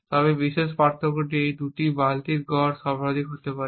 তবে এই বিশেষ পার্থক্যটি এই দুটি বালতির গড় পার্থক্য সর্বাধিক করা হবে